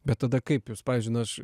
bet tada kaip jūs pavydžiui na aš